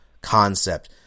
concept